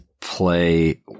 play